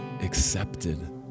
accepted